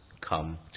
come